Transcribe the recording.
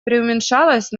приуменьшалась